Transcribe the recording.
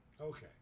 Okay